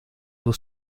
eaux